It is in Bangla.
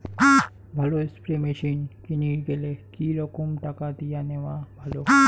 ভালো স্প্রে মেশিন কিনির গেলে কি রকম টাকা দিয়া নেওয়া ভালো?